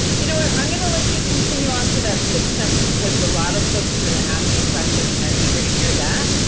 you know what, i'm going to let you continue on to that sixth sense because a lot of folks have been asking questions and are eager to hear that.